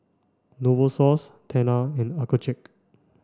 Novosource Tena and Accucheck